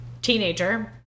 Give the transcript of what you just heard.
teenager